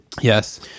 yes